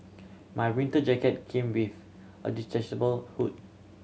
my winter jacket came with a detachable hood